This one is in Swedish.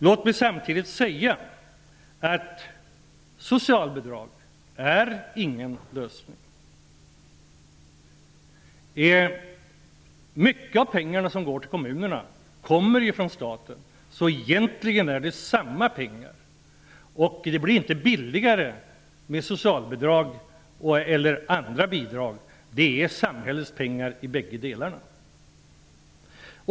Låt mig samtidigt säga att socialbidrag inte är någon lösning. Mycket av de pengar som går till kommunerna kommer från staten. Egentligen är det samma pengar. Det blir inte billigare med socialbidrag och andra bidrag. Det är samhällets pengar i båda fallen.